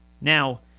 now